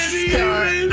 start